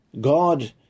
God